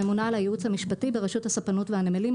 הממונה על הייעוץ המשפטי ברשות הספנות והנמלים,